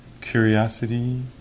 curiosity